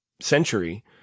century